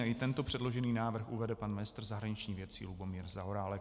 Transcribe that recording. I tento předložený návrh uvede pan ministr zahraničních věcí Lubomír Zaorálek.